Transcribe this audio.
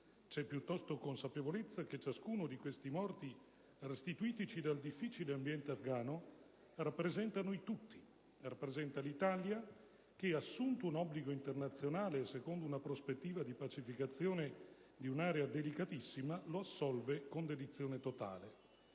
C'è, piuttosto, consapevolezza che ciascuno di questi morti restituitici dal difficile ambiente afgano rappresenta noi tutti, rappresenta l'Italia, che ha assunto un obbligo internazionale, secondo una prospettiva di pacificazione di un'area delicatissima, e lo assolve con dedizione totale.